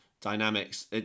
dynamics